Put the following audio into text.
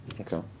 Okay